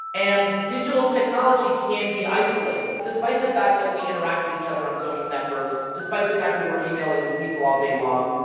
and digital technology can be isolating, despite the fact that we interact with each other on social networks, despite the fact that we're emailing with people all day long.